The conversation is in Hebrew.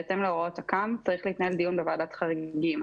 בהתאם להוראות תכ"ם צריך להתנהל דיון בוועדת חריגים.